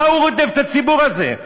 מה הוא רודף את הציבור הזה?